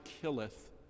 killeth